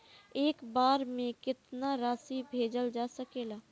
एक बार में केतना राशि भेजल जा सकेला?